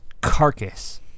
carcass